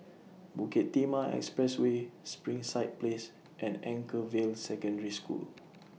Bukit Timah Expressway Springside Place and Anchorvale Secondary School